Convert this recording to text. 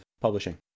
publishing